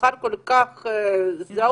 בשכר כל כך זעום